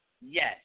Yes